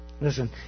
Listen